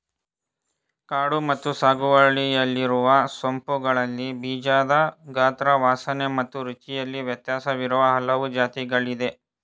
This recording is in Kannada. ಕಾಡು ಮತ್ತು ಸಾಗುವಳಿಯಲ್ಲಿರುವ ಸೋಂಪುಗಳಲ್ಲಿ ಬೀಜದ ಗಾತ್ರ ವಾಸನೆ ಮತ್ತು ರುಚಿಯಲ್ಲಿ ವ್ಯತ್ಯಾಸವಿರುವ ಹಲವು ಜಾತಿಗಳಿದೆ